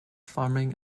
farming